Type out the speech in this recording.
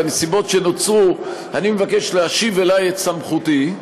בנסיבות שנוצרו אני מבקש להשיב אלי את סמכותי,